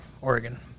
Oregon